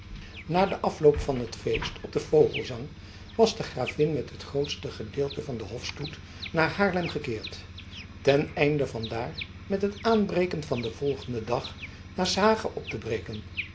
na den afloop van het feest op den vogelesang was de gravin met het grootste gedeelte van den hofstoet naar haarlem gekeerd ten einde van daar met het aanbreken van den volgenden dag naar s hage op te breken